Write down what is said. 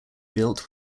built